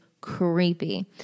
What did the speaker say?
creepy